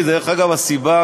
דרך אגב,